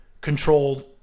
controlled